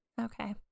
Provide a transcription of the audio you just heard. okay